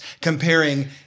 Comparing